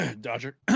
dodger